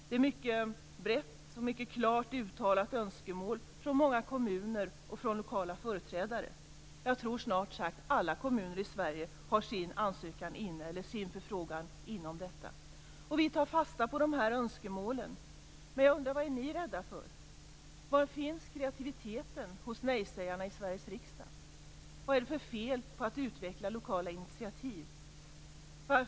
Det är ett mycket brett och mycket klart uttalat önskemål från många kommuner och från lokala företrädare. Jag tror att snart sagt alla kommuner i Sverige har sin ansökan eller sin förfrågan inom detta. Vi tar fasta på dessa önskemål. Men jag undrar vad ni är rädda för. Var finns kreativiteten hos nejsägarna i Sveriges riksdag? Vad är det för fel på att utveckla lokala initiativ?